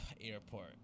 airport